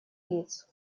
лиц